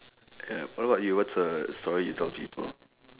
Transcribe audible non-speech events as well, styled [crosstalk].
[noise] what about you what's a story you tell people